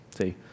see